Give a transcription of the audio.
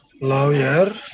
lawyer